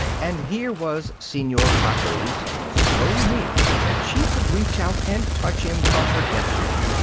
and here was senor pages, so near that she could reach out and touch him from her deck chair.